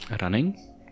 running